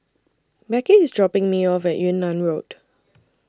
Becky IS dropping Me off At Yunnan Road